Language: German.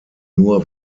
nur